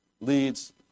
leads